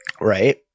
Right